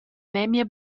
memia